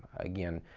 again,